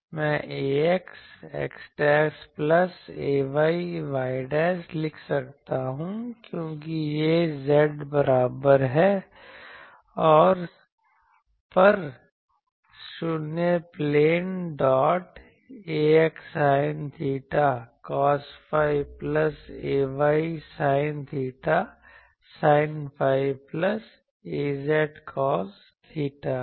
मैं ax x plus ay y लिख सकता हूं क्योंकि यह z बराबर है पर 0 plane dot ax sine theta cos phi plus ay sine theta sine phi plus az cos theta है